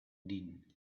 din